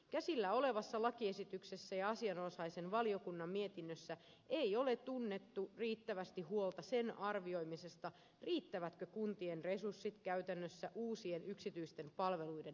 käsillä olevassa lakiesityksessä ja asianomaisen valiokunnan mietinnössä ei ole tunnettu riittävästi huolta sen arvioimisesta riittävätkö kuntien resurssit käytännössä uusien yksityisten palveluiden järjestämiseen